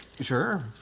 Sure